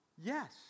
Yes